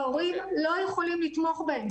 ההורים לא יכולים לתמוך בהם.